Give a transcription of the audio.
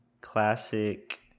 classic